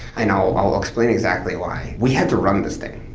and i'll i'll explain exactly why. we had to run this thing,